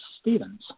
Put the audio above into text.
Stevens